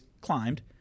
climbed